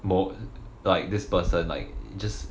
more like this person like just